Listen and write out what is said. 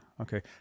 okay